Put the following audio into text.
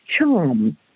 charm